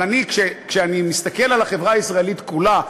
אבל כשאני מסתכל על החברה הישראלית כולה,